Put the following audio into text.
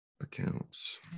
accounts